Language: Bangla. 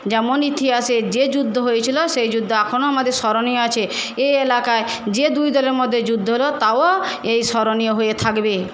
যেমন ইতিহাসে যে যুদ্ধ হয়েছিল সেই যুদ্ধ এখনও আমাদের স্মরণীয় আছে এই এলাকায় যে দুই দলের মধ্যে যুদ্ধ হলো তাও এই স্মরণীয় হয়ে থাকবে